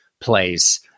place